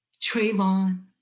Trayvon